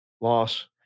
Loss